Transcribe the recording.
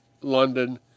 London